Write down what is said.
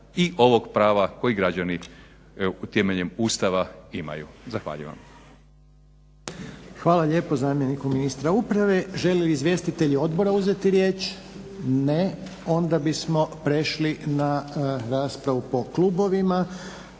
i ovog prava koji građana temeljem Ustava imaju. Zahvaljujem.